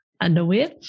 underwear